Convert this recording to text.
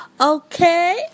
Okay